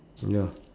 ya